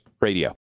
Radio